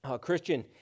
Christian